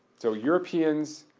so europeans,